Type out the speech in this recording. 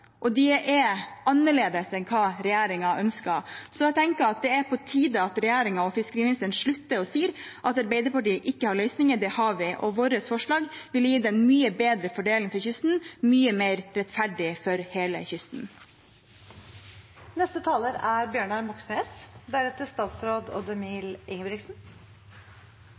og de er annerledes enn det regjeringen ønsker. Så jeg tenker at det er på tide at regjeringen og fiskeriministeren slutter å si at Arbeiderpartiet ikke har løsninger. Det har vi, og våre forslag ville gitt en mye bedre fordeling for kysten, mye mer rettferdig for hele kysten. Det er bra at Arbeiderpartiet støtter forslaget fra SV og Senterpartiet. Det er